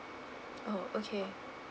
oh okay